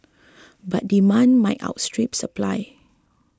but demand might outstrip supply